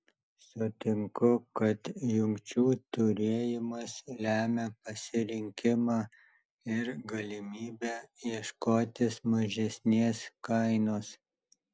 sutinku kad jungčių turėjimas lemia pasirinkimą ir galimybę ieškotis mažesnės kainos